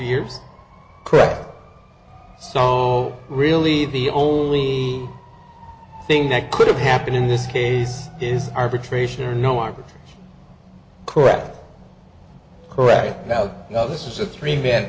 years correct sol really the only thing that could have happened in this case is arbitration or no one correct correct about this is a three man